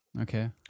Okay